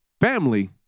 family